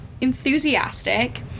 enthusiastic